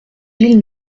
ville